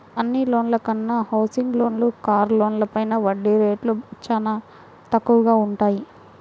అన్ని లోన్ల కన్నా హౌసింగ్ లోన్లు, కారు లోన్లపైన వడ్డీ రేట్లు చానా తక్కువగా వుంటయ్యి